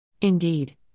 Indeed